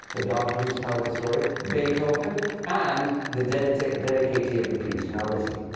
the doctor who's telling the story beethoven and the dedicatee dedicatee of the piece. now, listen.